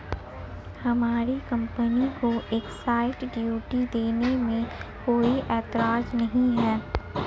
हमारी कंपनी को excise duty देने में कोई एतराज नहीं है